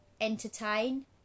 entertain